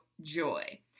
joy